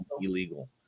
illegal